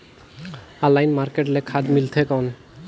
Online market ले खाद मिलथे कौन?